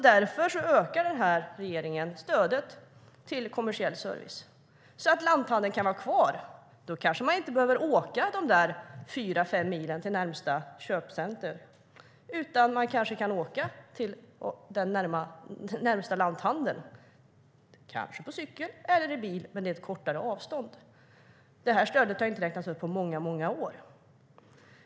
Därför ökar den här regeringen stödet till kommersiell service, så att lanthandeln kan vara kvar. Då kanske man inte behöver åka de där fyra fem milen till närmaste köpcenter, utan kan åka ett kortare avstånd till den närmaste lanthandeln med cykel eller bil. Det här stödet har inte räknats upp på många år.